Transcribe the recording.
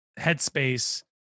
headspace